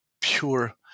pure